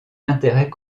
intérêt